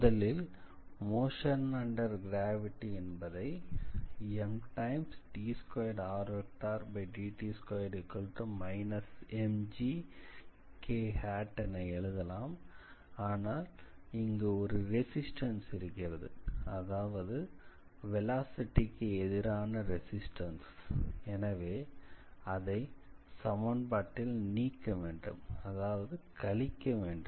முதலில் motion under gravity என்பதை என எழுதலாம் md2rdt2−mgk ஆனால் இங்கு ஒரு ரெசிஸ்டன்ஸ் இருக்கிறது அதாவது வெலாசிட்டிக்கு எதிரான ரெசிஸ்டன்ஸ் எனவே அதை சமன்பாட்டில் நீக்க வேண்டும் அதாவது கழிக்கவேண்டும்